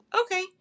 Okay